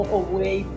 away